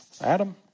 Adam